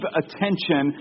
attention